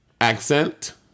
accent